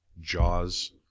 jaws